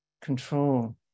control